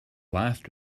last